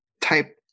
type